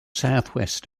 southwest